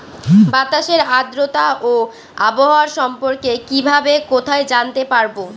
বাতাসের আর্দ্রতা ও আবহাওয়া সম্পর্কে কিভাবে কোথায় জানতে পারবো?